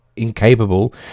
incapable